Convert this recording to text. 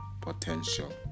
potential